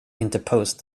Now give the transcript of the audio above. interposed